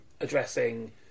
addressing